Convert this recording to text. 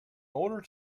order